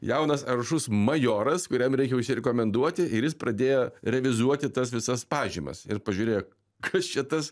jaunas aršus majoras kuriam reikia užsirekomenduoti ir jis pradėjo revizuoti tas visas pažymas ir pažiūrėk kas čia tas